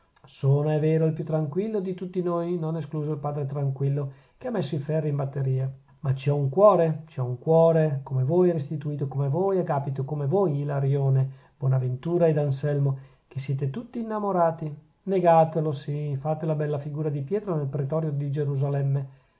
sono è vero il più tranquillo di tutti noi non escluso il padre tranquillo che ha messo i ferri in batteria ma ci ho un cuore ci ho un cuore come voi restituto come voi agapito come voi ilarione bonaventura ed anselmo che siete tutti innamorati negatelo sì fate la bella figura di pietro nel pretorio di gerusalemme